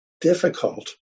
difficult